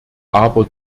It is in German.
aber